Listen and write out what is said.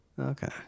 Okay